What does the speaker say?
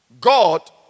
God